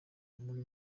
buri